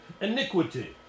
Iniquity